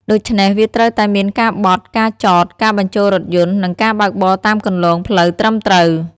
ដូច្នេះ វាត្រូវតែមានការបត់ ការចត ការបញ្ជូលរថយន្ត និងការបើកបរតាមគន្លងផ្លូវត្រឹមត្រូវ។